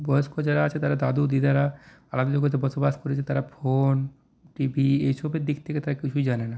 বয়স্ক যারা আছে তারা দাদু দিদারা আলাদা জগতে বসবাস করেছে তারা ফোন টিভি এসবের দিক থেকে তারা কিছুই জানে না